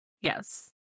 Yes